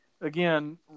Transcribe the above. Again